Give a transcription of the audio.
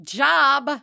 job